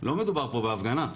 לא מדובר פה בהפגנה,